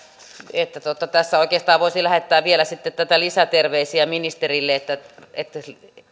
että tässä oikeastaan voisi lähettää vielä sitten lisäterveisiä ministerille